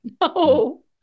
No